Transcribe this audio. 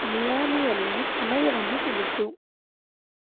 ಮಿಯಾಮಿಯಲ್ಲಿನ ಸಮಯವನ್ನು ತಿಳಿಸು